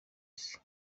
isi